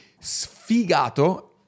sfigato